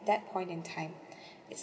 at that point and time